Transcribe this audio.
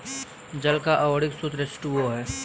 जल का आण्विक सूत्र एच टू ओ है